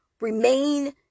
remain